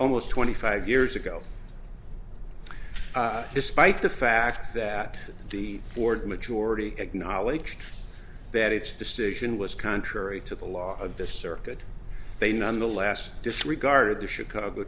almost twenty five years ago despite the fact that the board majority acknowledged that its decision was contrary to the law of this circuit they nonetheless disregarded the chicago